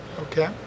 Okay